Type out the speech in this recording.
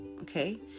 okay